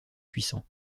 puissant